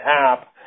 app